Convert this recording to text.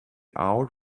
out